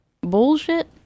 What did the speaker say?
Bullshit